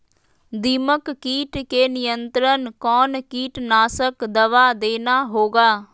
दीमक किट के नियंत्रण कौन कीटनाशक दवा देना होगा?